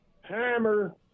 Hammer